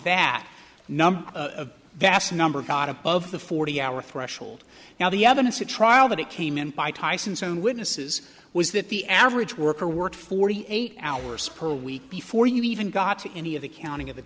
vast number of got above the forty hour threshold now the evidence at trial that it came in by tyson's own witnesses was that the average worker worked forty eight hours per week before you even got to any of the counting of the